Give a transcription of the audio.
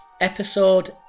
episode